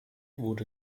wurde